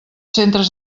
centres